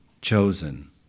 chosen